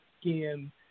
skin